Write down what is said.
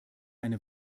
eine